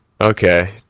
okay